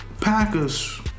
Packers